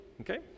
okay